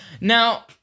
now